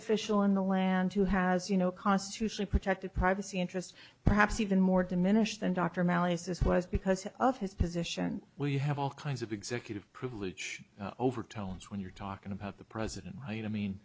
official in the land who has you know constitutionally protected privacy interests perhaps even more diminished than dr malus is was because of his position where you have all kinds of executive privilege overtones when you're talking about the president might i mean